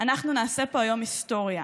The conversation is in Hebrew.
אנחנו נעשה פה היום היסטוריה